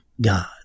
God